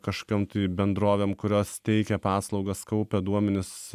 kažkam tai bendrovėms kurios teikia paslaugas kaupia duomenis